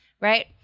right